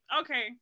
okay